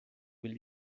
will